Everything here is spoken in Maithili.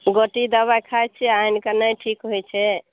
गोटी दबाइ खाइत छियै आनि कऽ नहि ठीक होइत छै